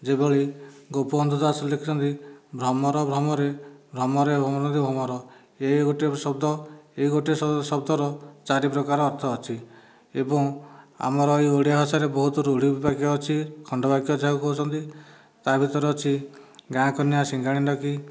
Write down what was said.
ଯେଭଳି ଗୋପବନ୍ଧୁ ଦାସ ଲେଖିଛନ୍ତି ଭ୍ରମର ଭ୍ରମରେ ଭ୍ରମରେ ଭ୍ରମନ୍ତି ଭ୍ରମର ଏହି ଗୋଟିଏ ଶବ୍ଦ ଏହି ଗୋଟିଏ ଶବ୍ଦର ଚାରି ପ୍ରକାର ଅର୍ଥ ଅଛି ଏବଂ ଆମର ଏହି ଓଡ଼ିଆ ଭାଷାରେ ବହୁତ ରୂଢ଼ି ବାକ୍ୟ ଅଛି ଖଣ୍ଡ ବାକ୍ୟ ଯାହାକୁ କହୁଛନ୍ତି ତା'ଭିତରେ ଅଛି ଗାଁ କନିଆ ସିଙ୍ଗାଣି ନାକି